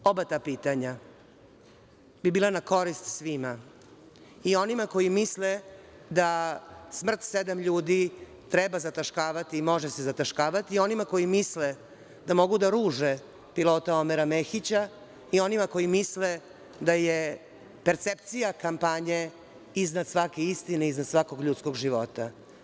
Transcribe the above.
Oba ta pitanja bi bila na korist svima i onima koji misle da smrt sedam ljudi treba zataškavati i može se zataškavati i onima koji misle da mogu da ruže pilota Omera Mehića i onima koji misle da je percepcija kampanje iznad svake istine, iznad svakog ljudskog života.